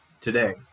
today